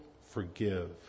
forgive